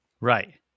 right